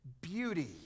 beauty